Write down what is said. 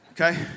okay